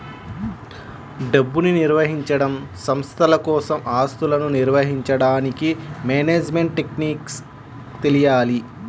డబ్బుని నిర్వహించడం, సంస్థల కోసం ఆస్తులను నిర్వహించడానికి మేనేజ్మెంట్ టెక్నిక్స్ తెలియాలి